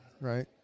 right